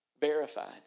Verified